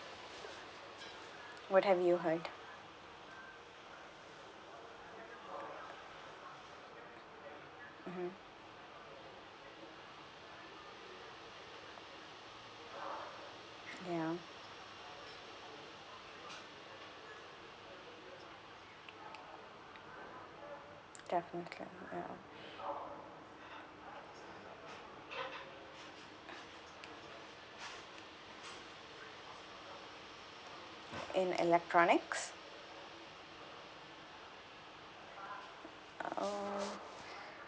what have you heard mmhmm ya definitely ya in electronics err